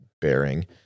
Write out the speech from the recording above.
bearing